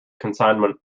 consignment